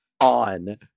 on